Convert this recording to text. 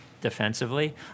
defensively